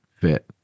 fit